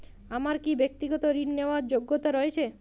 আমার কী ব্যাক্তিগত ঋণ নেওয়ার যোগ্যতা রয়েছে?